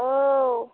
औ